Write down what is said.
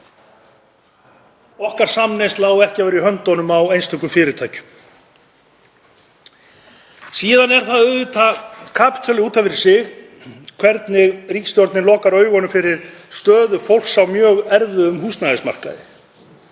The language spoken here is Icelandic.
okkar á ekki að vera í höndunum á einstökum fyrirtækjum. Síðan er það auðvitað kapítuli út af fyrir sig hvernig ríkisstjórnin lokar augunum fyrir stöðu fólks á mjög erfiðum húsnæðismarkaði.